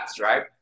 right